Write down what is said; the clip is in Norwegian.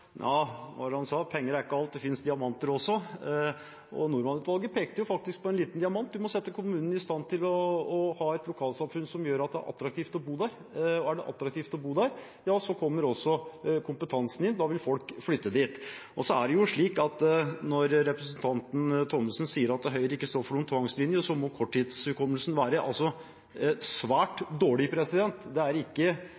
Penger er ikke alt, det finnes diamanter også – var det ikke det man sa? Norman-utvalget pekte på en liten diamant: Man må sette kommunene i stand til å ha et lokalsamfunn som gjør at det er attraktivt å bo der. Er det attraktivt å bo der, kommer også kompetansen inn, da vil folk flytte dit. Når representanten Thommessen sier at Høyre ikke står for noen tvangslinje, må korttidshukommelsen være svært